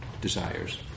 desires